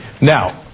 Now